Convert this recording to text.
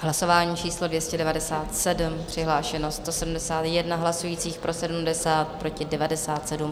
Hlasování číslo 297, přihlášeno 171 hlasujících, pro 70, proti 97.